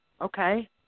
Okay